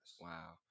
Wow